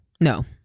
No